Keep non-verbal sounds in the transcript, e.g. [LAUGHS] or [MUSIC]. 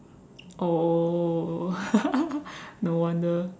oh [LAUGHS] no wonder